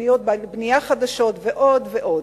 תוכניות בנייה חדשות ועוד ועוד.